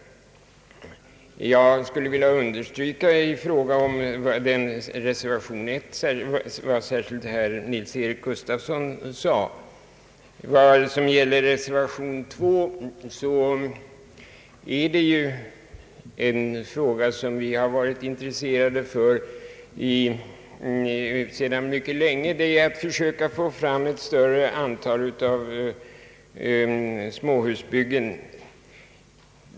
Jag skulle dock i fråga om reservation 1 vilja understryka vad herr Nils-Eric Gustafsson sade. I reservation 2 behandlas en fråga som vi har varit intresserade av mycket länge, nämligen att man bör försöka få fram ett större antal småhus.